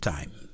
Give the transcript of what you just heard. Time